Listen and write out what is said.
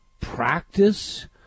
practice